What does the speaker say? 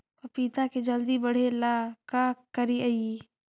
पपिता के जल्दी बढ़े ल का करिअई?